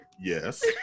Yes